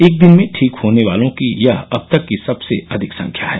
एक दिन में ठीक होने वालों की यह अब तक की सबसे अधिक संख्या है